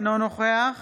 אינו נוכח